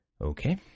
Okay